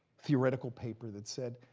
theoretical paper that said,